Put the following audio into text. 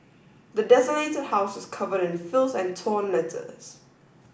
the desolated house is covered in filth and torn letters